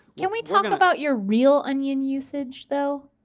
can we talk about your real onion usage though?